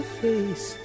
face